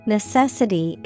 Necessity